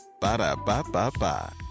Ba-da-ba-ba-ba